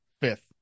fifth